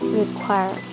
require